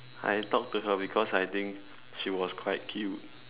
I talk to her because I think she was quite cute